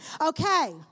Okay